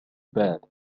bad